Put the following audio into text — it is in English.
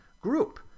group